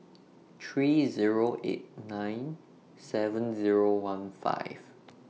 three Zero eight nine seven Zero one five